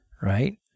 right